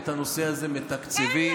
אין לך תקציב מדינה תוך חצי שנה.